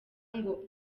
ngo